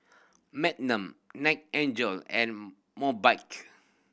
Mgnum Night angel and Mobike